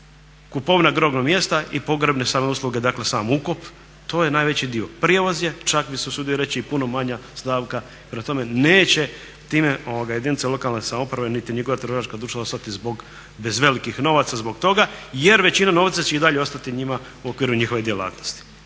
kupovina grobnog mjesta i pogrebne usluge, dakle sam ukop. To je najveći dio. Prijevoz je čak bih se usudio reći i puno manja stavka. Prema tome, neće time jedinice lokalne samouprave niti njihova trgovačka društva ostati bez velikih novaca zbog toga, jer većina novca će i dalje ostati njima u okviru njihove djelatnosti.